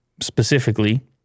specifically